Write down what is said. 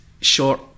short